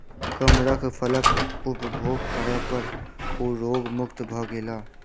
कमरख फलक उपभोग करै पर ओ रोग मुक्त भ गेला